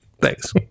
Thanks